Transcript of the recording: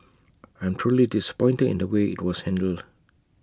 I'm truly disappointed in the way IT was handled